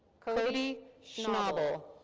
cody schnable.